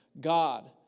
God